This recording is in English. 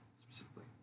specifically